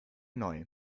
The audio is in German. neu